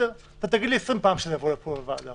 אתה יכול להגיד לי 20 פעם שזה יבוא לפה לוועדה,